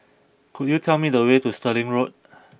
could you tell me the way to Stirling Road